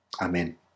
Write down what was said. Amen